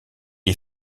est